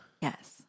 yes